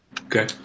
Okay